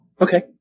Okay